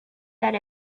that